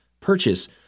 purchase